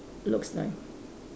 looks like